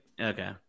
Okay